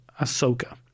Ahsoka